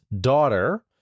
daughter